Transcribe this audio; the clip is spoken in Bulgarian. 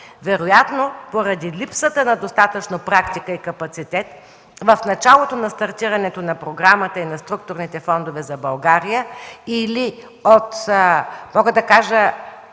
Вероятно паради липсата на достатъчно практика и капацитет в началото на стартирането на програмата и на структурните фондове за България или от трудностите,